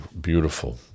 beautiful